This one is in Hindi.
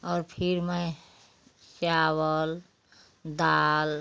और फिर मैं चावल दाल